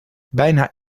bijna